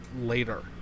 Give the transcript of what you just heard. later